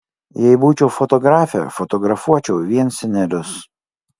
jei būčiau fotografė fotografuočiau vien senelius